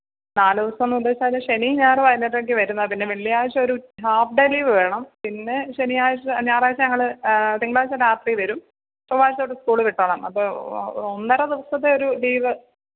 നാലുദിവസം എന്ന് ഉദ്ദേശിച്ചാല് ശനിയും ഞായറും അതിനകത്തേക്ക് വരുന്നത് പിന്നെ വെള്ളിയാഴ്ച ഒരു ഹാഫ് ഡേ ലീവ് വേണം പിന്നെ ശനിയാഴ്ച ഞായറാഴ്ച ഞങ്ങള് തിങ്കളാഴ്ച രാത്രി വരും ചൊവ്വാഴ്ച തൊട്ട് സ്കൂളിൽ വിട്ടോളാം അത് ഒന്നര ദിവസത്തെ ഒരു ലീവ്